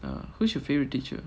uh who's your favourite teacher